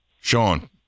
Sean